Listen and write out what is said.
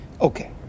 Okay